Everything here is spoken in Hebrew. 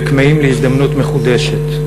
וכמהים להזדמנות מחודשת.